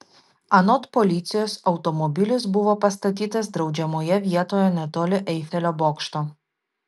anot policijos automobilis buvo pastatytas draudžiamoje vietoje netoli eifelio bokšto